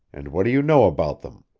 and what do you know about them?